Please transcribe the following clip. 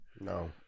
No